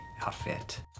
outfit